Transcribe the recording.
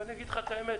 ואני אגיד לך את האמת,